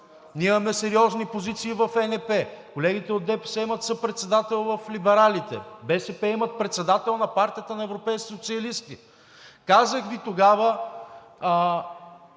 Ние имаме сериозни позиции в ЕНП, колегите от ДПС имат съпредседател в Либералите, БСП имат председател на Партията на Европейските социалисти. Казах Ви тогава: